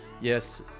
yes